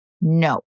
No